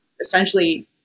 essentially